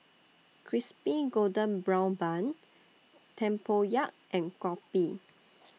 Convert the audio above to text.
Crispy Golden Brown Bun Tempoyak and Kopi